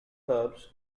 herbs